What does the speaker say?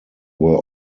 were